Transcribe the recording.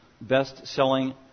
best-selling